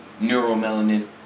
neuromelanin